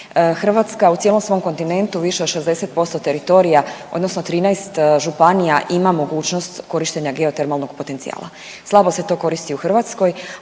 Hrvatska u cijelom svom kontinentu više od 60% teritorija odnosno 13 županija ima mogućnost korištenja geotermalnog potencijala, slabo se to koristi u Hrvatskoj,